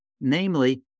namely